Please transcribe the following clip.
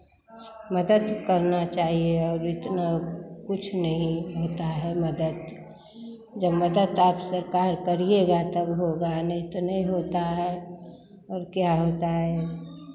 मदद करना चाहिए और इतना कुछ नहीं होता है मदद जब मदद आप सरकार करियेगा तब होगा नहीं तो नहीं होता है और क्या होता है